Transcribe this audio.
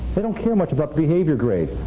they don't care much about the behavior grade.